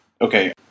Okay